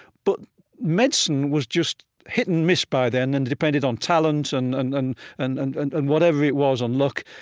but medicine was just hit and miss by then and depended on talent and and and and and and and whatever whatever it was, on luck.